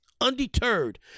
Undeterred